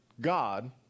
god